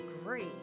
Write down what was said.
agree